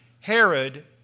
Herod